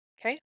Okay